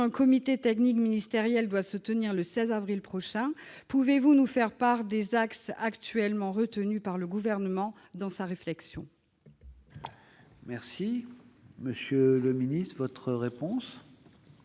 comité technique ministériel doit se tenir le 16 avril prochain, pouvez-vous nous faire part des axes actuellement retenus par le Gouvernement dans sa réflexion ? La parole est à M. le